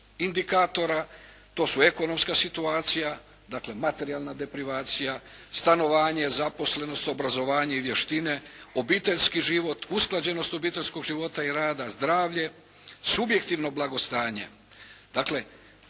indikatora. To su ekonomska situacija, dakle materijalna deprivacija, stanovanje, zaposlenost, obrazovanje i vještine, obiteljski život, usklađenost obiteljskog života i rada, zdravlje, subjektivno blagostanje,